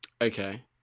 Okay